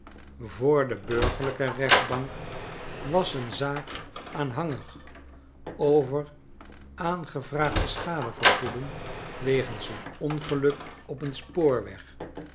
voor de burgerhjke rechtbank was een zaak aanhangig overaangevraagde schadevergoeding wegens een ongeluk op een spoorweg